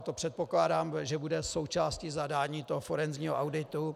To předpokládám, že bude součástí zadání toho forenzního auditu.